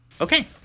Okay